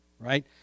right